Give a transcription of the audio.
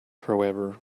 however